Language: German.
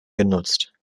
genutzt